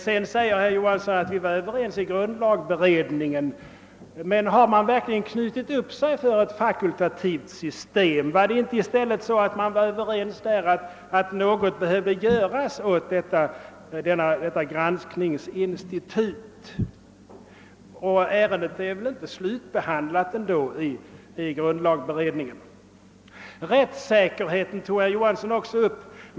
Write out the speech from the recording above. Herr Johansson i Troilhättan sade att ni var överens i grundlagberedningen. Men har man verkligen bundit sig för ett fakultativt system? Var det inte i stället så, att man där var ense om att något behövde göras åt detta granskningsinstitut? Ärendet är väl ändå inte slutbehandlat i grundlagberedningen. Herr Johansson i Trollhättan tog också upp rättssäkerheten.